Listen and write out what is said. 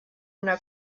una